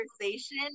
conversation